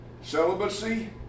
celibacy